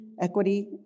equity